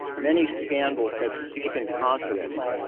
many scandals have shaken confidence.